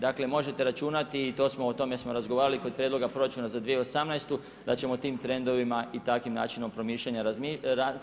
Dakle možete računati i to smo, o tome smo razgovarali kod prijedloga proračuna za 2018. da ćemo tim trendovima i takvim načinom promišljanja nastaviti.